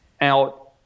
out